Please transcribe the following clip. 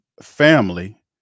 family